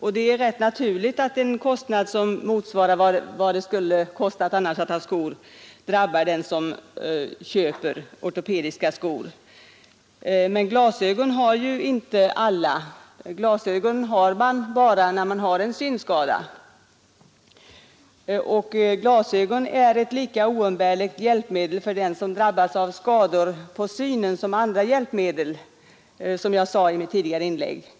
och det är därför rätt naturligt att en kostnad som motsvarar vad det skulle ha kostat att köpa vanliga skor drabbar den 143 som köper ortopediska skor, men glasögon har ju inte alla människor. Glasögon bär man bara när man har en synskada, och glasögon är ett lika oumbärligt hjälpmedel för den som drabbas av skador på synen som andra hjälpmedel är, såsom jag sade i mitt tidigare inlägg.